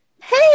Hey